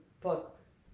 books